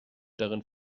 darin